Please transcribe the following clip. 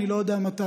אבל אני לא יודע מתי.